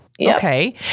Okay